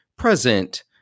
present